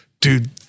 dude